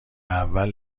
اول